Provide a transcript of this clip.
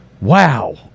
Wow